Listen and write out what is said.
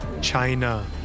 China